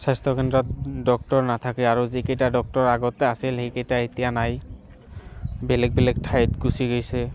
স্বাস্থ্য কেন্দ্ৰত ডক্টৰ নাথাকে আৰু যিকেইটা ডক্টৰ আগতে আছিল সেইকেইটা এতিয়া নাই বেলেগ বেলেগ ঠাইত গুচি গৈছে